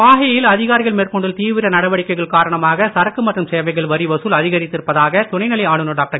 மாஹே யில் அதிகாரிகள் மேற்கொண்டுள்ள தீவிர நடவடிக்கைகள் காரணமாக சரக்கு மற்றும் சேவைகள் வரி வசூல் அதிகரித்திருப்பதாக துணை நிலை ஆளுனர் டாக்டர்